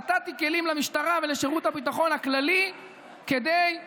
נתתי כלים למשטרה ולשירות הביטחון הכללי לאכוף